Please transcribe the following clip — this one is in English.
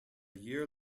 year